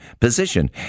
position